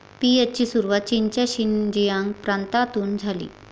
पीचची सुरुवात चीनच्या शिनजियांग प्रांतातून झाली